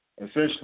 essentially